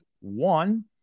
One